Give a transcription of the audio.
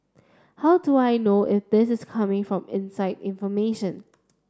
how do I know if this is coming from inside information